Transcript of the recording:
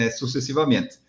sucessivamente